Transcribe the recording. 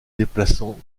déplaçant